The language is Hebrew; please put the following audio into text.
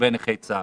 ולבין נכי צה"ל.